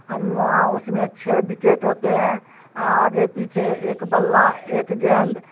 ہم اس میں چھ بکیٹ ہوتے ہیں آگے پیچھے ایک بلا ایک گیند